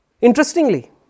Interestingly